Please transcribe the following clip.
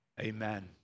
amen